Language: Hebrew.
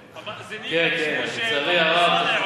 כן, לצערי הרב, אתה צודק, כן.